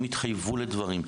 אנשים התחייבו לדברים.